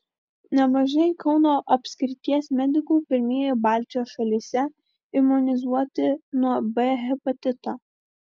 nemažai kauno apskrities medikų pirmieji baltijos šalyse imunizuoti nuo b hepatito